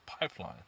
Pipeline